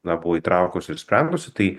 na buvo įtraukus ir sprendusi tai